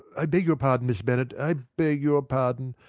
i beg your pardon, miss bennet. i beg your pardon.